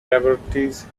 laboratories